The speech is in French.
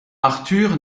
arthur